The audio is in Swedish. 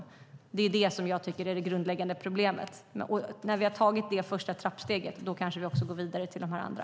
Det tycker jag är det grundläggande problemet. När vi har tagit det första steget går vi kanske vidare till det andra.